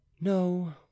no